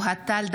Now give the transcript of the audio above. אוהד טל,